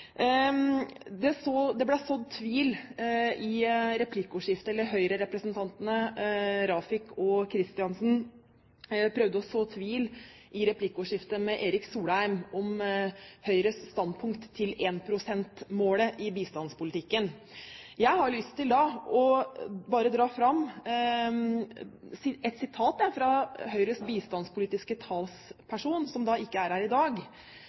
Høyrerepresentantene Rafiq og Kristiansen prøvde i replikkordskiftet med Erik Solheim å så tvil om Høyres standpunkt til 1 pst.-målet i bistandspolitikken. Jeg har da lyst til å trekke fram et sitat fra Høyres bistandspolitiske talsperson, representanten Gitmark, som ikke er her i dag.